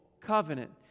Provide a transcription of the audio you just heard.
covenant